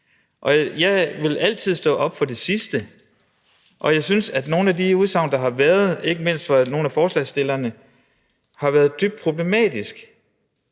og jeg vil altid stå op for det sidste, og jeg synes, at nogle af de udsagn, der har været, ikke mindst fra nogle af forslagsstillerne, har været dybt problematiske,